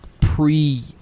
pre